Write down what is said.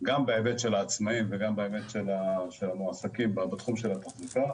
גם כעצמאים וגם כמועסקים בתחום התחזוקה,